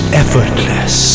effortless